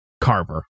Carver